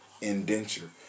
indenture